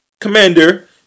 commander